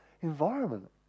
environment